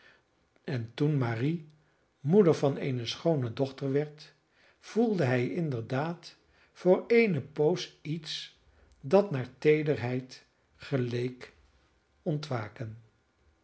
en toen marie moeder van eene schoone dochter werd voelde hij inderdaad voor eene poos iets dat naar teederheid geleek ontwaken